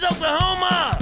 Oklahoma